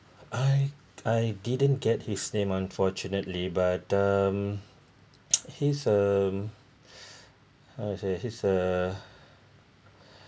I I didn't get his name unfortunately but um he's a how to say he's a